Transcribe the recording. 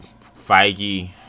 Feige